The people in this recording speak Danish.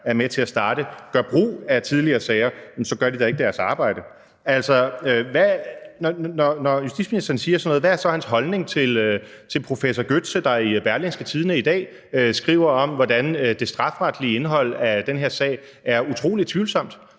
er med til at starte, gør brug af tidligere sager, så gør de da ikke deres arbejde. Altså, når justitsministeren siger sådan noget, hvad er så hans holdning til professor Michael Götze, der i Berlingske i dag skriver om, hvordan det strafferetlige indhold af den her sag er utrolig tvivlsomt?